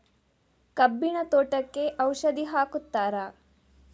ಕಬ್ಬಿನ ತೋಟಕ್ಕೆ ಔಷಧಿ ಹಾಕುತ್ತಾರಾ?